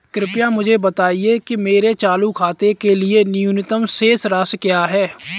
कृपया मुझे बताएं कि मेरे चालू खाते के लिए न्यूनतम शेष राशि क्या है?